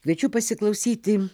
kviečiu pasiklausyti